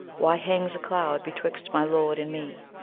why hangs a cloud betwixt my lord and me?